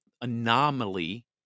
anomaly